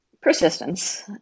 Persistence